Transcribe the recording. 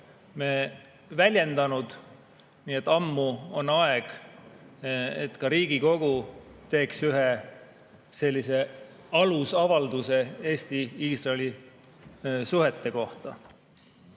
me väljendanud. Nii et ammu oleks aeg, et ka Riigikogu teeks ühe sellise alusavalduse Eesti-Iisraeli suhete kohta.